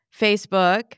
Facebook